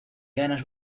ganas